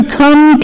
come